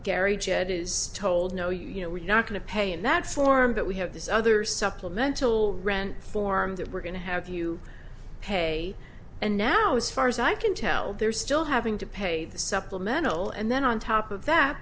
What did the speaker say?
gary jed is told no you know we're not going to pay in that form that we have this other supplemental rent form that we're going to have you pay and now as far as i can tell they're still having to pay the supplemental and then on top of that